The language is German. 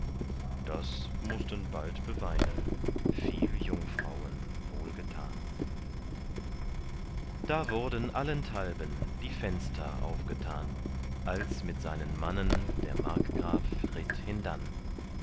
das mußten bald beweinen viel jungfrauen wohlgetan da wurden allenthalben die fenster aufgetan als mit seinen mannen der markgraf ritt hindann